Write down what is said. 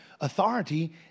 authority